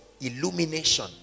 illumination